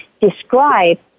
describe